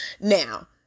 Now